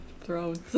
thrones